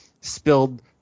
spilled